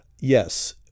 Yes